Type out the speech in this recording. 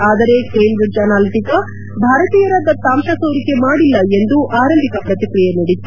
ಆದರೆ Cambridge Analytica ಭಾರತೀಯರ ದತ್ತಾಂಶ ಸೋರಿಕೆ ಮಾಡಿಲ್ಲ ಎಂದು ಆರಂಭಿಕ ಪ್ರತಿಕ್ರಿಯೆ ನೀಡಿತ್ತು